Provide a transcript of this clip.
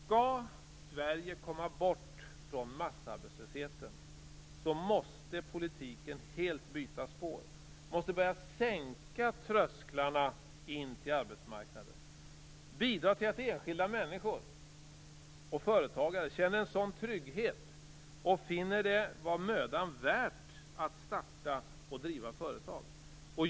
Om Sverige skall komma bort från massarbetslösheten måste politiken helt byta spår och börja sänka trösklarna in till arbetsmarknaden, bidra till att enskilda människor och företagare känner en sådan trygghet och finner det vara mödan värt att starta och driva företag.